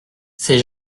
ces